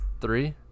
three